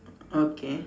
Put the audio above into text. okay